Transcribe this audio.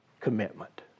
commitment